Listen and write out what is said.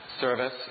service